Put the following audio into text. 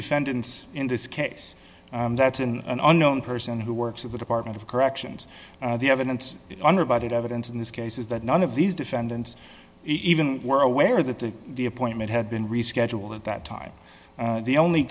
defendants in this case that's an unknown person who works at the department of corrections the evidence under budget evidence in this case is that none of these defendants even were aware that the appointment had been rescheduled at that time the only